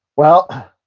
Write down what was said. well,